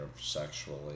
sexually